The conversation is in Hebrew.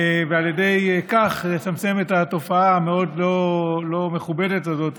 ועל ידי כך לצמצם את התופעה המאוד-לא-מכובדת הזאת